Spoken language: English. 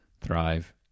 thrive